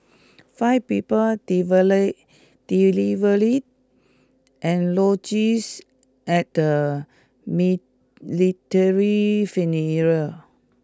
five people eulogies at the military